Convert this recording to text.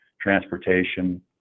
transportation